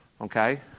Okay